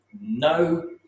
no